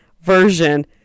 version